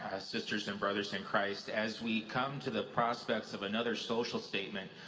sisters and brothers in christ as we come to the prospects of another social statement,